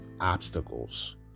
obstacles